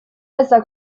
está